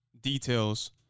Details